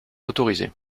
autorisée